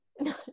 No